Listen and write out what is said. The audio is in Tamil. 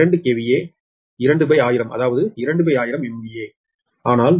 44 KV ஆகும் ஏனெனில் மதிப்பீடு மின்மாற்றி T2 இது 2 KVA அதாவது MVA